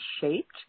shaped